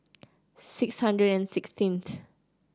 six hundred and sixteenth